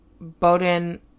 Bowden